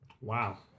Wow